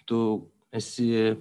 tu esi